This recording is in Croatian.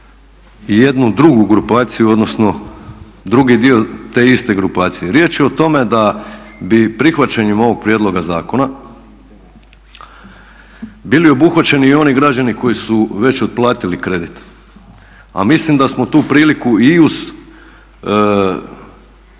i jednu drugu grupaciju, odnosno drugi dio te iste grupacije. Riječ je o tome da bi prihvaćanjem ovog prijedloga zakona bili obuhvaćeni i oni građani koji su već otplatili kredit, a mislim da smo tu priliku i uz